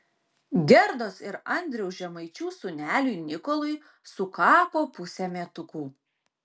gerdos ir andriaus žemaičių sūneliui nikolui sukako pusė metukų